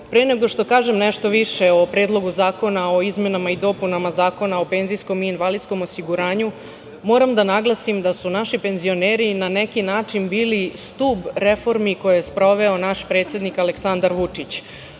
pre nego što kažem nešto više o Predlogu zakona o izmenama i dopunama Zakona o PIO moram da naglasim da su naši penzioneri na neki način bili stub reformi koje je sproveo naš predsednik Aleksandar Vučić,